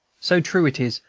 so true it is,